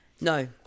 No